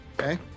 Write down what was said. Okay